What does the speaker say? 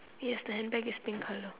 yes the handbag is pink colour